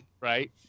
Right